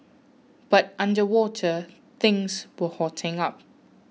but underwater things were hotting up